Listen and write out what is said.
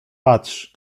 patrz